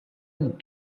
and